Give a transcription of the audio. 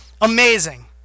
amazing